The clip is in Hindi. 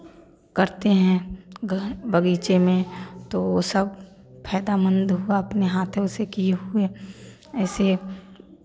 करते हैं ब बगीचे में तो सब फ़ायदामंद हुआ अपने हाथों से किए हुए ऐसे